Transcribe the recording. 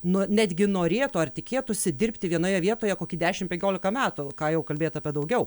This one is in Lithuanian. nu netgi norėtų ar tikėtųsi dirbti vienoje vietoje kokį dešim penkiolika metų ką jau kalbėt apie daugiau